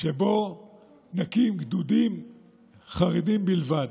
שבו נקים גדודים חרדים בלבד,